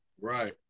Right